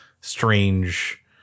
strange